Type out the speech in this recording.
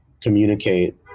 communicate